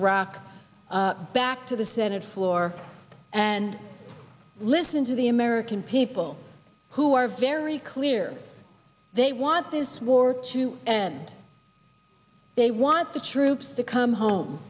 iraq back to the senate floor and listen to the american people who are very clear they want this war to end they want the troops to come home